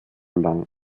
lang